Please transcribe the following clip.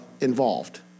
involved